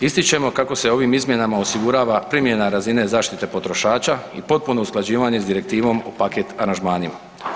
Ističemo kako se ovim izmjenama osigurava primjena razine zaštite potrošača i potpuno usklađivanje s Direktivom o paket aranžmanima.